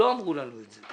לא אמרו לנו את זה.